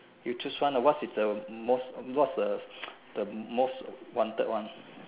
you choose one ah what is the most what's the the most wanted one